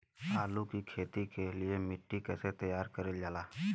आलू की खेती के लिए मिट्टी कैसे तैयार करें जाला?